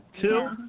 Two